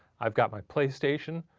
i've got my playstation,